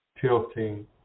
tilting